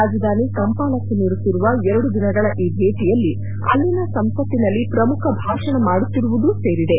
ರಾಜಧಾನಿ ಕಂಪಾಲಕ್ಕೆ ನೀಡುತ್ತಿರುವ ಎರಡು ದಿನಗಳ ಈ ಭೇಟಿಯಲ್ಲಿ ಅಲ್ಲಿನ ಸಂಸತ್ತಿನಲ್ಲಿ ಪ್ರಮುಖ ಭಾಷಣ ಮಾಡುತ್ತಿರುವುದೂ ಸೇರಿದೆ